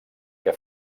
que